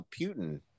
Putin